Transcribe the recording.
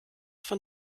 von